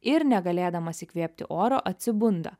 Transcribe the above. ir negalėdamas įkvėpti oro atsibunda